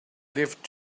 left